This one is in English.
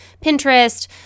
Pinterest